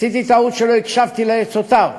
עשיתי טעות כשלא הקשבתי לעצותיו,